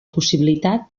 possibilitat